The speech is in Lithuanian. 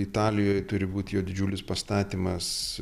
italijoj turi būt jo didžiulis pastatymas